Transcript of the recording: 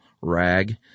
rag